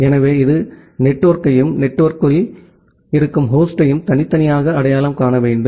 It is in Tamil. எனவே இது நெட்வொர்க்கையும் நெட்வொர்க்கிற்குள் இருக்கும் ஹோஸ்டையும் தனித்தனியாக அடையாளம் காண வேண்டும்